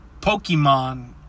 Pokemon